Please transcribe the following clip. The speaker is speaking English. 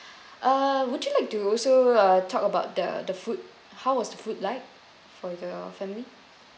uh would you like to also uh talk about the the food how was the food like for your family